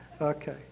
Okay